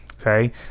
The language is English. okay